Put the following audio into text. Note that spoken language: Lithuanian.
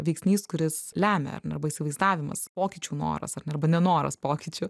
veiksnys kuris lemia ar ne arba įsivaizdavimas pokyčių noras arba nenoras pokyčių